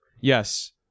Yes